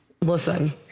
Listen